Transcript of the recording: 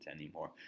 anymore